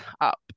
up